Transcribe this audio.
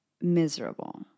miserable